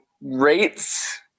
rates